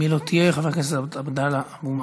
אם היא לא תהיה, חבר הכנסת עבדאללה אבו מערוף.